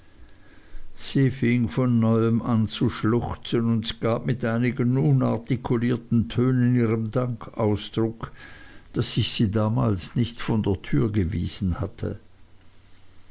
von neuem an zu schluchzen und gab mit einigen unartikulierten tönen ihrem dank ausdruck daß ich sie damals nicht von der türe gewiesen hatte